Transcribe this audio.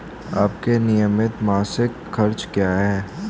आपके नियमित मासिक खर्च क्या हैं?